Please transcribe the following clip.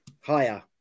Higher